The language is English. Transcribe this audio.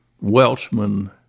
Welshman